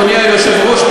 אדוני היושב-ראש,